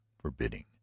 forbidding